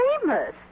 famous